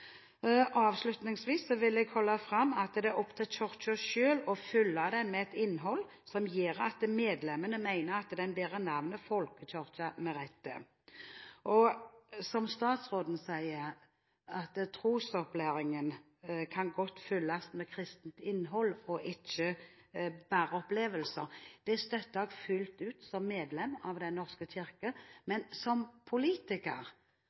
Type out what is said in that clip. Avslutningsvis vil jeg holde fram at det er opp til Kirken selv å fylle den med et innhold som gjør at medlemmene mener at den bærer navnet folkekirke med rette. Som statsråden sier, kan trosopplæringen godt fylles med kristent innhold og ikke bare opplevelser. Det støtter jeg fullt ut som medlem av Den norske kirke. Men som politiker